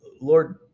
Lord